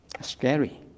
Scary